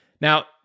Now